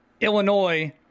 Illinois